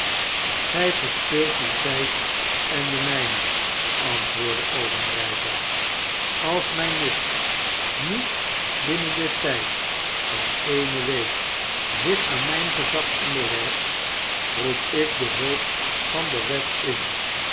grij verspilt uw tyd en den mijnen antwoordde obenreizer alsmijn nicht niet binnen den tijd van eene week zich aan mp gezag onderwerpt roep ik de hulp van de wet in